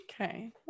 Okay